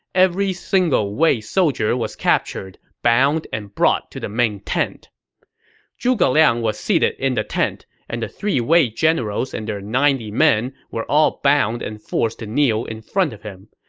every single wei soldier was captured, bound, and brought to the main tent zhuge liang was seated in the tent, and the three wei generals and their ninety men were all bound and forced to kneel in front of him.